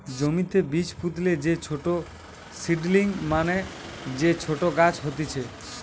জমিতে বীজ পুতলে যে ছোট সীডলিং মানে যে ছোট গাছ হতিছে